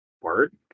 Word